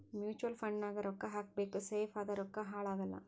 mutual fund ನಾಗ್ ರೊಕ್ಕಾ ಹಾಕಬೇಕ ಸೇಫ್ ಅದ ರೊಕ್ಕಾ ಹಾಳ ಆಗಲ್ಲ